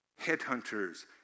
headhunters